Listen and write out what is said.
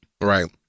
Right